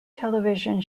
television